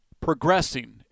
progressing